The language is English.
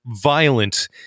violent